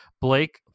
Blake